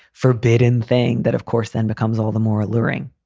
forbidden thing that, of course, then becomes all the more alluring